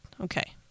okay